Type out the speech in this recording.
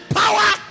power